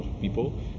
people